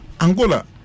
Angola